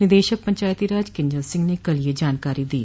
निदेशक पंचायतीराज किंजल सिंह ने कल यह जानकारी दी